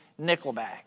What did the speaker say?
Nickelback